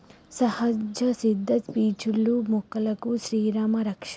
సహజ సిద్ద పీచులు మొక్కలకు శ్రీరామా రక్ష